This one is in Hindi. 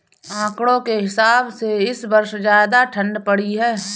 आंकड़ों के हिसाब से इस वर्ष ज्यादा ठण्ड पड़ी है